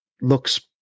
looks